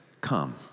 come